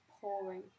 pouring